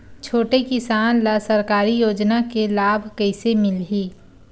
छोटे किसान ला सरकारी योजना के लाभ कइसे मिलही?